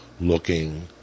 looking